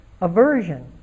aversion